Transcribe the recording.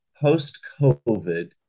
post-COVID